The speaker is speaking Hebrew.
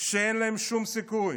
שאין להם שום סיכוי.